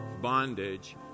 bondage